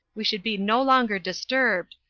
we should be no longer disturbed,